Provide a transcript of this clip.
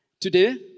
Today